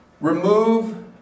remove